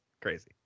crazy